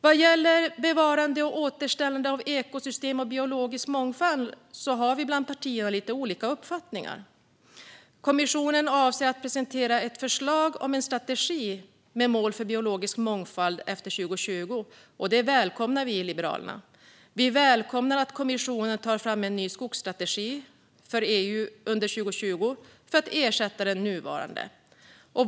Vad gäller bevarande och återställande av ekosystem och biologisk mångfald har partierna lite olika uppfattningar. Kommissionen avser att presentera ett förslag om en strategi med mål för biologisk mångfald efter 2020. Det välkomnar vi i Liberalerna. Vi välkomnar också att kommissionen tar fram en ny skogsstrategi för EU under 2020 för att ersätta den nuvarande.